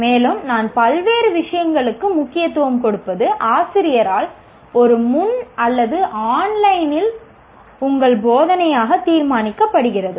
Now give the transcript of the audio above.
மேலும் நான் பல்வேறு விஷயங்களுக்கு முக்கியத்துவம் கொடுப்பது ஆசிரியரால் ஒரு முன் அல்லது ஆன்லைனில் உங்கள் போதனையாக தீர்மானிக்கப்படுகிறது